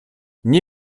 nie